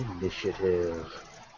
initiative